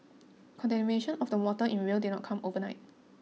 contamination of the waters in Rio did not come overnight